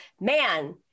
man